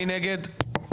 מי נגד?